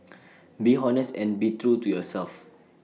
be honest and be true to yourself